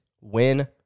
win